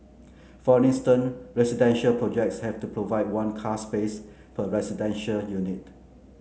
for instance residential projects have to provide one car space per residential unit